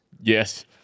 Yes